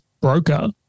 broker